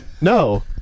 No